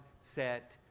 set